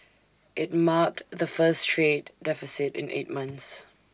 IT marked the first trade deficit in eight months